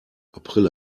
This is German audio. april